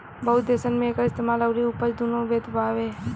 बहुत देसन मे एकर इस्तेमाल अउरी उपज दुनो बैध बावे